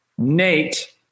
Nate